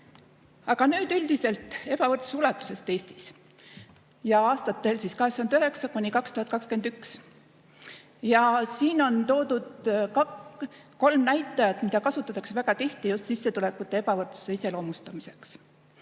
Aga nüüd üldiselt ebavõrdsuse ulatusest Eestis aastatel 1989–2021. Siin on toodud kolm näitajat, mida kasutatakse väga tihti just sissetulekute ebavõrdsuse iseloomustamiseks.